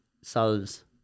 solves